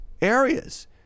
areas